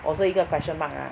also 我是一个 question mark lah